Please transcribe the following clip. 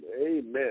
Amen